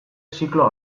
zikloa